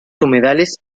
humedales